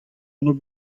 anv